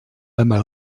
einmal